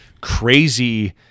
crazy